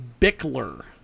Bickler